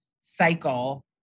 cycle